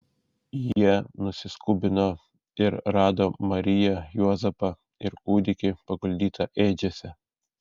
jie nusiskubino ir rado mariją juozapą ir kūdikį paguldytą ėdžiose